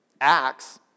Acts